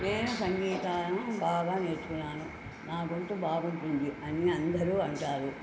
నేను సంగీతం బాగా నేర్చుకున్నాను నా గొంతు బాగుంటుంది అని అందరు అంటారు